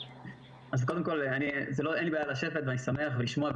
אז קודם כול אין לי בעיה לשבת ואני שמח ולשמוע.